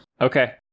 Okay